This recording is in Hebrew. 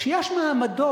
שיש מעמדות,